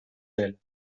ailes